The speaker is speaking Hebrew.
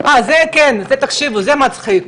זה מצחיק,